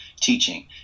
teaching